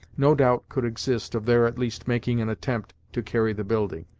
no doubt could exist of their at least making an attempt to carry the building,